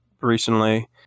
recently